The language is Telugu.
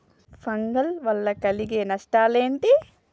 ఫంగల్ వల్ల కలిగే నష్టలేంటి?